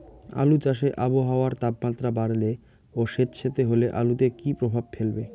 আলু চাষে আবহাওয়ার তাপমাত্রা বাড়লে ও সেতসেতে হলে আলুতে কী প্রভাব ফেলবে?